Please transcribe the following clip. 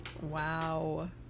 Wow